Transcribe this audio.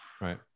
Right